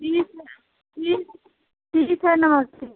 ठीक है ठीक ठीक है नमस्ते